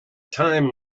time